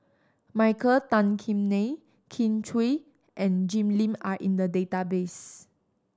Michael Tan Kim Nei Kin Chui and Jim Lim are in the database